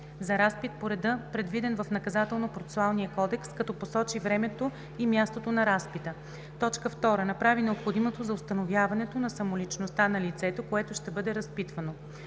за разпит по реда, предвиден в Наказателно-процесуалния кодекс, като посочи времето и мястото на разпита; 2. направи необходимото за установяването на самоличността на лицето, което ще бъде разпитвано.